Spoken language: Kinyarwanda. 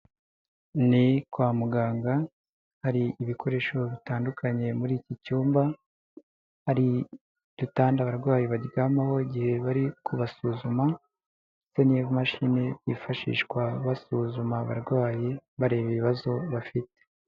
Ni kwa muganga hari ibikoresho bitandukanye muri iki cyumba, hari udutanda abarwayi baryamaho igihe bari kubasuzuma ndetse n'imashini yifashishwa basuzuma abarwayi bareba ibibazo bafite.